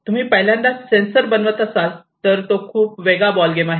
तुम्ही पहिल्यांदाच सेंसर बनवत असाल तर तो खूप वेगळा बॉल गेम आहे